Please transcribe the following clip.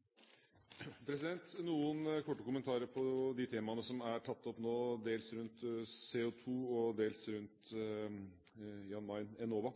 er tatt opp, dels rundt CO2 og dels rundt Jan Mayen og Enova.